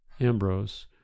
Ambrose